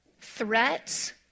threats